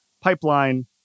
pipeline